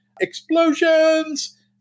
explosions